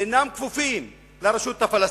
אינם כפופים לרשות הפלסטינית,